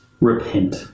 Repent